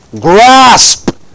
grasp